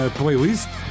playlist